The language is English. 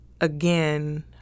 again